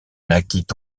naquit